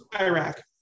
iraq